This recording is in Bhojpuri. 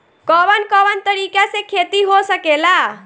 कवन कवन तरीका से खेती हो सकेला